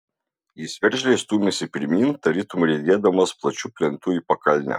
jis veržliai stūmėsi pirmyn tarytum riedėdamas plačiu plentu į pakalnę